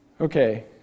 okay